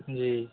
जी